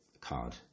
card